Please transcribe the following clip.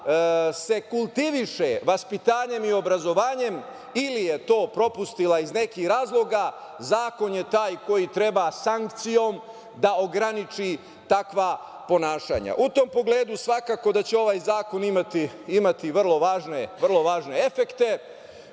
se kultiviše vaspitanjem i obrazovanjem ili je to propustila iz nekih razloga zakon je taj koji treba sankcijom da ograniči takva ponašanja.U tom pogledu svakako da će ovaj zakon imati vrlo važne efekte.